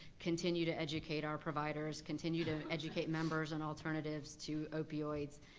continue to educate our providers, continue to educate members on alternative to opioids,